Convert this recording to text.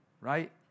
right